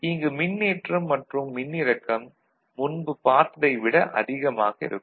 இங்கு மின்னேற்றம் மற்றும் மின்னிறக்கம் முன்பு பார்த்ததை விட அதிகமாக இருக்கும்